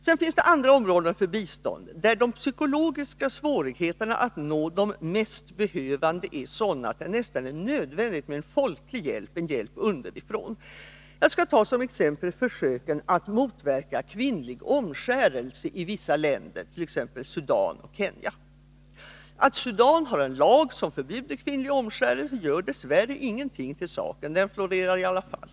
Det finns sedan andra områden för bistånd där de psykologiska svårigheterna att nå de mest behövande är sådana att det nästan är nödvändigt med en folklig hjälp, en hjälp underifrån. Jag skall ta som exempel försöken att motverka kvinnlig omskärelse i vissa länder, t.ex. Sudan och Kenya. Att Sudan har en lag som förbjuder kvinnlig omskärelse gör dess värre ingenting till saken — den florerar i alla fall.